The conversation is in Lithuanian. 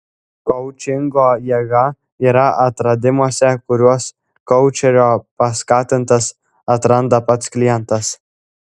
koučingo jėga yra atradimuose kuriuos koučerio paskatintas atranda pats klientas